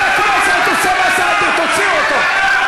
תוציאו אותו.